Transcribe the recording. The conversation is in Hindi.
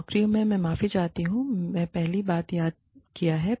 और नौकरियों मैं माफी चाहता हूँ मैं पहली बात याद किया है